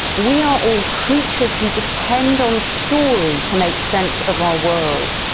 we are all creatures who depend on story to make sense of our world.